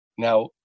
Now